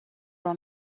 run